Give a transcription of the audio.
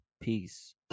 peace